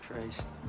Christ